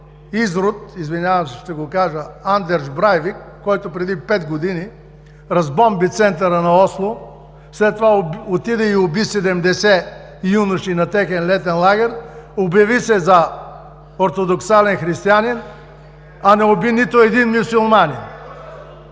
изрод, извинявам се, че ще го кажа, Андреш Брейвик, който преди пет години разбомби центъра на Осло, след това отиде и уби 70 юноши на техен летен лагер, обяви се за ортодоксален християнин, а не уби нито един мюсюлманин?